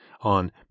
on